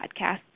podcasts